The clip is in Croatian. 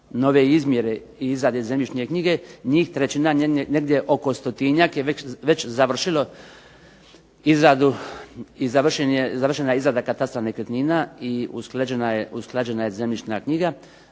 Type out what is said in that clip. nove izmjere i izrade zemljišne knjige njih trećina negdje oko stotinjak je već završilo izradu i završena je izrada katastra nekretnina i usklađena je zemljišna knjiga,